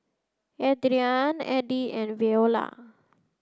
Adrianne Edie and Veola